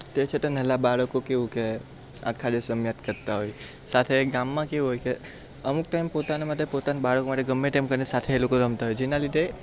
તે છતાં નાના બાળકો કે કેવું આખા દિવસ રમ્યા જ કરતા હોય સાથે ગામમાં કેવું હોય કે અમુક ટાઈમ પોતાના માટે પોતાના બાળક માટે ગમે તેમ કરીને સાથે રમતા હોય જેના લીધે